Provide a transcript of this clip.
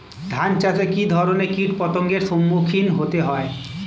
ধান চাষে কী ধরনের কীট পতঙ্গের সম্মুখীন হতে হয়?